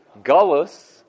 Gullus